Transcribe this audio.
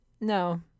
no